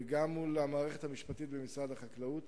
וגם מול המערכת המשפטית במשרד החקלאות.